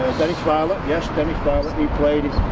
viollet. yes, dennis viollet. he played,